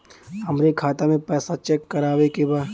हमरे खाता मे पैसा चेक करवावे के बा?